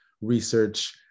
research